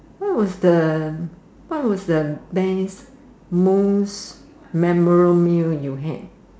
what was the what was the thanks most memory meal you had